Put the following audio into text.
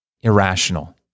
irrational